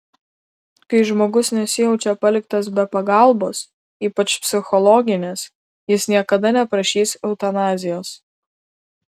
kai žmogus nesijaučia paliktas be pagalbos ypač psichologinės jis niekada neprašys eutanazijos